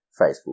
Facebook